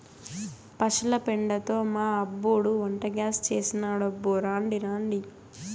పశుల పెండతో మా అబ్బోడు వంటగ్యాస్ చేసినాడబ్బో రాండి రాండి